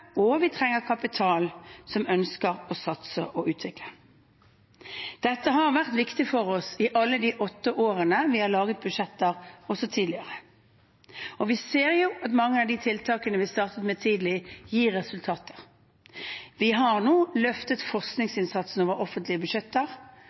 og vi trenger kapital som ønsker å satse og utvikle. Dette har vært viktig for oss i alle de åtte årene vi har laget budsjetter, men også tidligere. Og vi ser at mange av de tiltakene vi startet med tidlig, gir resultater. Vi har nå løftet